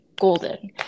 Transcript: golden